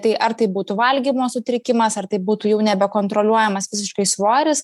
tai ar tai būtų valgymo sutrikimas ar tai būtų jau nebekontroliuojamas fiziškai svoris